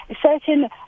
certain